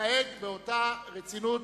נתנהג באותה רצינות